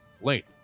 late